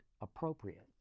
appropriate